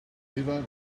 without